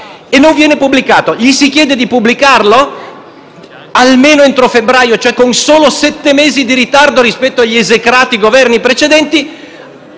automobilisti italiani. Gli si chiede di pubblicarlo almeno entro febbraio, cioè con soli sette mesi di ritardo rispetto agli esecrati Governi precedenti